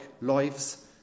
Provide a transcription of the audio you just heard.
lives